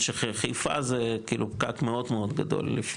חיפה זה כאילו פקק מאוד מאוד גדול.